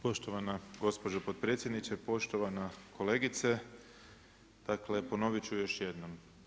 Poštovana gospođo potpredsjednice, poštovana kolegice dakle ponovit ću još jednom.